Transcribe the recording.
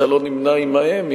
שאתה לא נמנה עמהם,